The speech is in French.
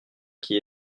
qui